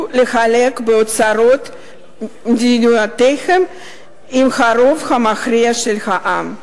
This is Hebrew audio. להתחלק באוצרות מדינותיהם עם הרוב המכריע של העם,